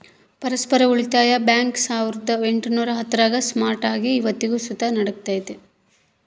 ಪರಸ್ಪರ ಉಳಿತಾಯ ಬ್ಯಾಂಕ್ ಸಾವುರ್ದ ಎಂಟುನೂರ ಹತ್ತರಾಗ ಸ್ಟಾರ್ಟ್ ಆಗಿ ಇವತ್ತಿಗೂ ಸುತ ನಡೆಕತ್ತೆತೆ